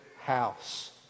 house